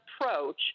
approach